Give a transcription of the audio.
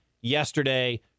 yesterday